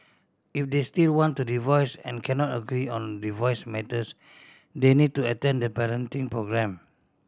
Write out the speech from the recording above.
if they still want to divorce and cannot agree on divorce matters they need to attend the parenting programme